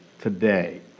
today